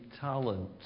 talent